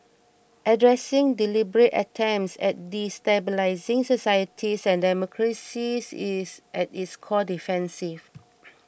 addressing deliberate attempts at destabilising societies and democracies is at its core defensive